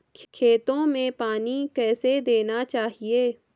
खेतों में पानी कैसे देना चाहिए?